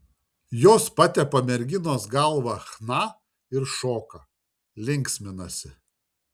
jos patepa merginos galvą chna ir šoka linksminasi